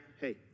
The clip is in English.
hey